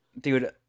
Dude